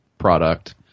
product